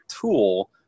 tool